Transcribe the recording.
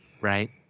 right